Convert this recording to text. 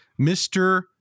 Mr